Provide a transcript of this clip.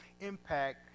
impact